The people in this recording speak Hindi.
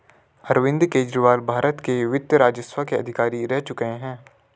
अरविंद केजरीवाल भारत के वित्त राजस्व के अधिकारी रह चुके हैं